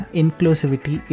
inclusivity